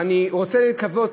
ואני רוצה לקוות,